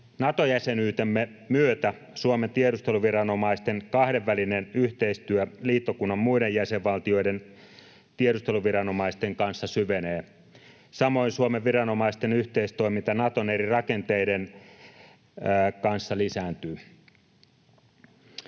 Nato-jäsenyytemme myötä Suomen tiedusteluviranomaisten kahdenvälinen yhteistyö liittokunnan muiden jäsenvaltioiden tiedusteluviranomaisten kanssa syvenee. Samoin Suomen viranomaisten yhteistoiminta Naton eri rakenteiden kanssa lisääntyy.